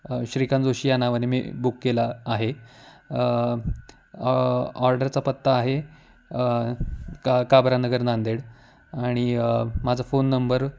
श्रीकांत जोशी या नावाने मी बुक केला आहे ऑर्डरचा पत्ता आहे का काबरा नगर नांदेड आणि माझा फोन नंबर